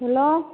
hello